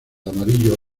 amarillo